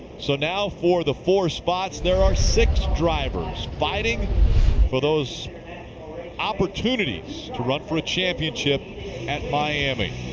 so now for the four spots, there are six drivers fighting for those opportunities to run for a championship at miami.